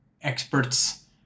expert's